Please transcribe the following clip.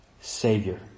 Savior